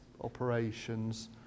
operations